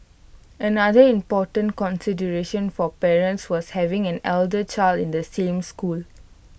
another important consideration for parents was having an elder child in the same school